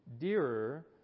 dearer